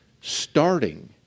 Starting